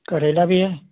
करेला भी है